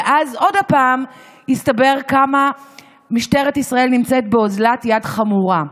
ואז עוד פעם יסתבר כמה משטרת ישראל נמצאת באוזלת יד חמורה.